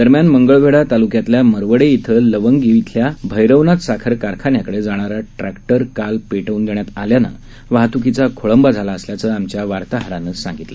दरम्यान मंगळवेढा तालुक्यातल्या मरवडे इथं लवंगी इथल्या भैरवनाथ साखर कारखान्याकडे जाणारा ट्रक्टर काल पेटवून देण्यात आल्याम्ळं वाहत्कीचा खोळंबा झाला असल्याचं आमच्या वार्ताहरानं सांगितलं